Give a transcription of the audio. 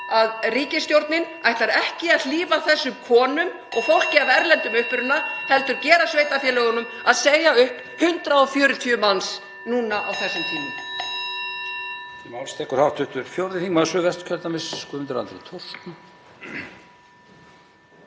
að ríkisstjórnin ætlar ekki að hlífa þessum konum og (Forseti hringir.) fólki af erlendum uppruna heldur gera sveitarfélögunum að segja upp 140 manns á þessum tímum.